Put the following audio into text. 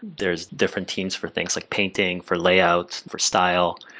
there's different teams for things like painting, for layouts, for style.